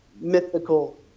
mythical